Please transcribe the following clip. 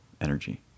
energy